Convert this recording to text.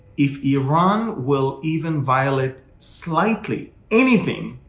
if iran will even violate slightly anything,